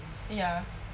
ya